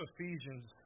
Ephesians